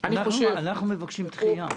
אני חושב --- אנחנו מבקשים דחייה.